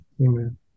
Amen